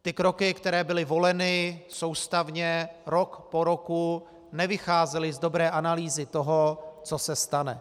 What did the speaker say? Ty kroky, které byly voleny soustavně rok po roku, nevycházely z dobré analýzy toho, co se stane.